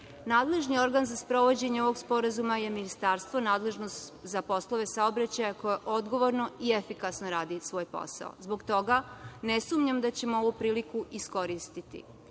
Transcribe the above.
organ za sprovođenje ovog Sporazuma je Ministarstvo nadležno za poslove saobraćaja, koje odgovorno i efikasno radi svoj posao. Zbog toga ne sumnjam da ćemo ovu priliku iskoristiti.